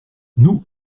nous